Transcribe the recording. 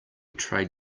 trade